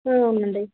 అవునండి